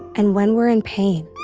and when we're in pain.